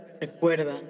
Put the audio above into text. Recuerda